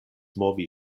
movi